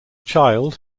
child